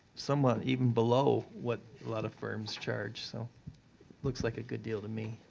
somewhat even below what a lot of firms charge. so looks like a good deal to me.